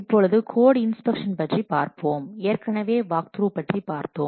இப்பொழுது code inspection பற்றி பார்ப்போம் ஏற்கனவே வாக்த்ரூ பற்றி பார்த்தோம்